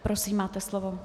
Prosím, máte slovo.